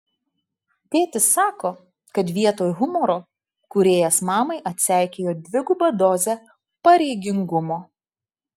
tėtis sako kad vietoj humoro kūrėjas mamai atseikėjo dvigubą dozę pareigingumo